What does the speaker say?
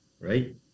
right